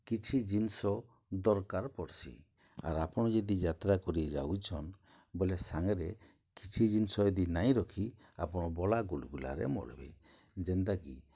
କିଛି ଜିନିଷ ଦର୍କାର୍ ପଡ଼୍ସି ଆର୍ ଆପଣ୍ ଯଦି ଯାତ୍ରା କରି ଯାଉଛନ୍ ବେଲେ ସାଙ୍ଗରେ କିଛି ଜିନିଷ ଯଦି ନାଇଁ ରଖି ଆପଣ ବଡ଼ା ଗୁଲ୍ଗୁଲାରେ ମର୍ବେ ଯେନ୍ତାକି